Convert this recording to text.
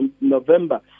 November